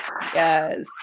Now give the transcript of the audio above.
Yes